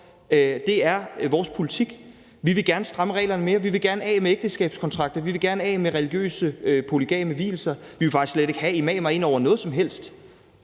Det er vores politik. Vi vil gerne stramme reglerne mere. Vi vil gerne af med ægteskabskontrakter, vi vil gerne af med religiøse polygame vielser, vi vil faktisk slet ikke have imamer ind over noget som helst,